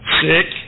Sick